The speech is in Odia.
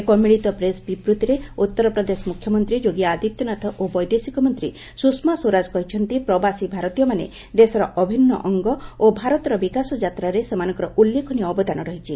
ଏକ ମିଳିତ ପ୍ରେସ୍ ବିବୃତ୍ତିରେ ଉତ୍ତର ପ୍ରଦେଶ ମ୍ରଖ୍ୟମନ୍ତ୍ରୀ ଯୋଗୀ ଆଦିତ୍ୟନାଥ ଓ ବୈଦେଶିକ ମନ୍ତ୍ରୀ ସ୍ରଷମା ସ୍ୱରାଜ କହିଛନ୍ତି ପ୍ରବାସୀ ଭାରତୀୟମାନେ ଦେଶର ଅଭିନ୍ନ ଅଙ୍ଗ ଓ ଭାରତର ବିକାଶ ଯାତ୍ରାରେ ସେମାନଙ୍କର ଉଲ୍ଲେଖନୀୟ ଅବଦାନ ରହିଛି